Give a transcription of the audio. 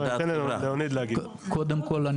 קודם כל,